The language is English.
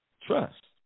trust